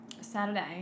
Saturday